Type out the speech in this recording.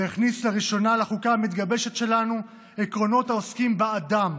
והכניס לראשונה לחוקה המתגבשת שלנו עקרונות העוסקים באדם